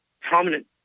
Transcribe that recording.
prominent